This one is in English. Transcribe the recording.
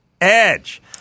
Edge